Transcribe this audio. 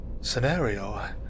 scenario